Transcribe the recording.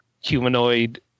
humanoid